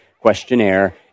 questionnaire